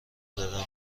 زدن